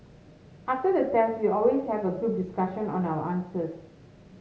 after the test we always have a group discussion on our answers